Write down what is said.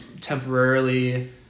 temporarily